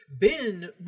Ben